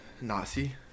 nazi